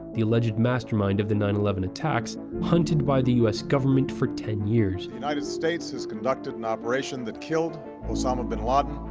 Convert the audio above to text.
the alleged mastermind of the nine eleven attacks, hunted by the us government for ten years. the united states has conducted an operation that killed osama bin laden,